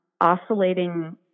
oscillating